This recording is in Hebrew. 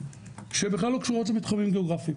שבכלל לא קשורות למתחמים גיאוגרפיים.